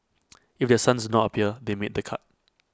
if their sons do not appear they made the cut